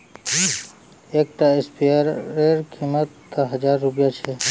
एक टा स्पीयर रे कीमत त हजार रुपया छे